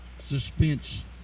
suspense